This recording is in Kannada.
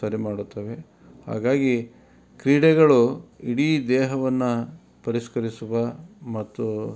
ಸರಿ ಮಾಡುತ್ತವೆ ಹಾಗಾಗಿ ಕ್ರೀಡೆಗಳು ಇಡೀ ದೇಹವನ್ನು ಪರಿಷ್ಕರಿಸುವ ಮತ್ತು